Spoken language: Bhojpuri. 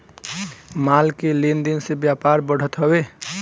माल के लेन देन से व्यापार बढ़त हवे